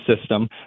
system